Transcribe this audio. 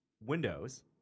Windows